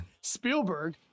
Spielberg